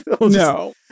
No